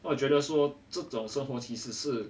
我觉得说这种生活其实是